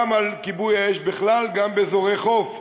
גם על כיבוי האש בכלל וגם באזורי חוף.